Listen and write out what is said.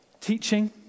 Teaching